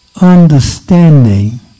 understanding